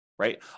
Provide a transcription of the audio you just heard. right